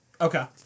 Okay